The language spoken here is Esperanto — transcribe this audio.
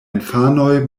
infanoj